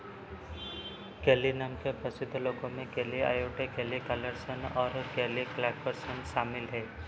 केली नाम के परसिद्ध लोगों में केली आयोटे केले कलर्सन और केले क्लकर्सन शामिल हैं